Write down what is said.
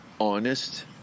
honest